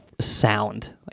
sound